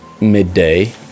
Midday